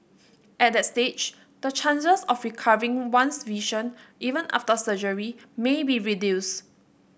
at that stage the chances of recovering one's vision even after surgery may be reduced